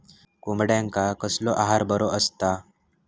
कोंबड्यांका कसलो आहार बरो असता?